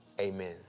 Amen